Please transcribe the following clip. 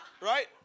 Right